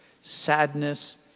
sadness